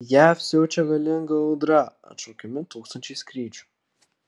jav siaučia galinga audra atšaukiami tūkstančiai skrydžių